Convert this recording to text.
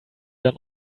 dann